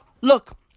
Look